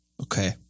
Okay